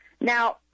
Now